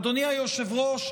אדוני היושב-ראש,